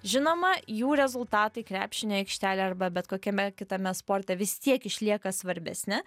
žinoma jų rezultatai krepšinio aikštelėj arba bet kokiame kitame sporte vis tiek išlieka svarbesni